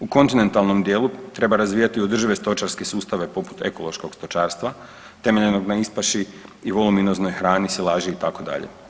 U kontinentalnom dijelu treba razvijati održive stočarske sustave poput ekološkog stočarstva temeljenog na ispaši i voluminoznoj hrani, silaži itd.